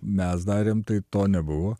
mes darėm tai to nebuvo